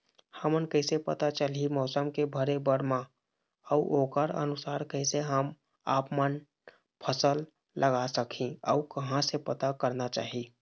हमन कैसे पता चलही मौसम के भरे बर मा अउ ओकर अनुसार कैसे हम आपमन फसल लगा सकही अउ कहां से पता करना चाही?